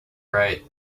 right